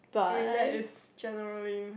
I mean that is generally